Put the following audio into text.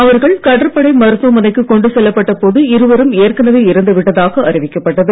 அவர்கள் கடற்படை மருத்துவமனைக்கு கொண்டு செல்லப்பட்ட போது இருவரும் ஏற்கனவே இறந்து விட்டதாக அறிவிக்கப்பட்டது